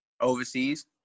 Overseas